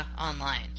online